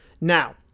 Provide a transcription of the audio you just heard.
Now